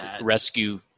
rescue